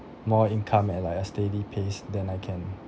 more income at like a steady pace then I can